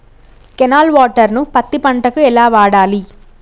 Canal water ను పత్తి పంట కి ఎలా వాడాలి?